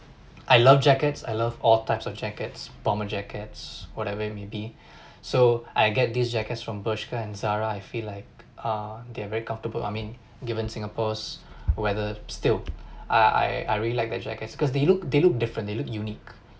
I love jackets I love all types of jackets bomber jackets whatever it maybe so I get this jackets from Bershka and Zara I feel like ah they're very comfortable I mean given singapore's weather still I I I really liked that jackets because they look they look different they look unique